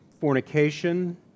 fornication